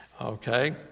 Okay